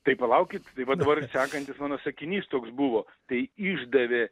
tai palaukit tai va dabar sekantis mano sakinys toks buvo tai išdavė